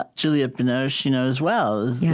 ah juliette binoche, you know as well,